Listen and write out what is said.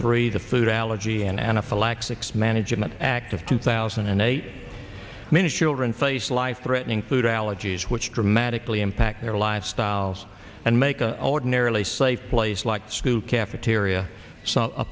three the food allergy and anaphylaxis management act of two thousand and eight minutes children face life threatening food allergies which dramatically impact their lifestyles and make a ordinarily safe place like a school cafeteria s